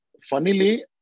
funnily